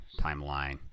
timeline